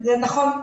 זה נכון,